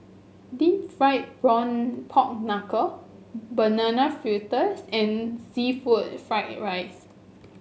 deep fried Pork Knuckle Banana Fritters and seafood Fried Rice